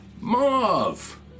mauve